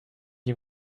you